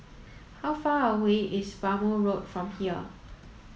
how far away is Bhamo Road from here